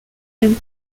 and